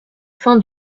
fin